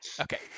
Okay